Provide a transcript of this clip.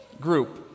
group